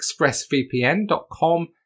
expressvpn.com